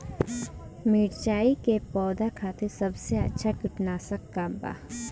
मिरचाई के पौधा खातिर सबसे अच्छा कीटनाशक का बा?